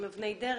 עם אבני דרך,